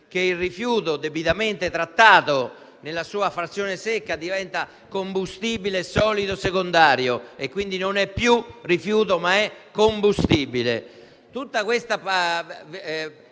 che il rifiuto, debitamente trattato nella sua frazione secca, diventa combustibile solido secondario e, quindi, non è più rifiuto, ma combustibile.